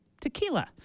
tequila